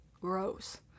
gross